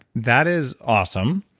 that is awesome.